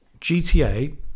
GTA